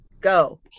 go